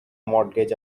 mortgage